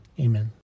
Amen